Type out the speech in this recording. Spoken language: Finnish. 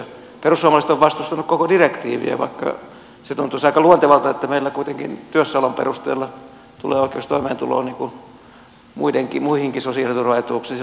perussuomalaiset ovat vastustaneet koko direktiiviä vaikka se tuntuisi aika luontevalta että meillä kuitenkin työssäolon perusteella tulee oikeus toimeentuloon niin kuin muihinkin sosiaaliturvaetuuksiin silloin kun todella töissä ollaan